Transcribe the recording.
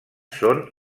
són